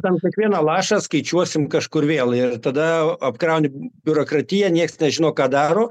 ten kiekvieną lašą skaičiuosim kažkur vėl ir tada apkrauni biurokratija nieks nežino ką daro